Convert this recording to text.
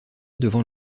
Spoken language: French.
devant